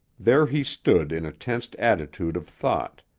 there he stood in a tense attitude of thought,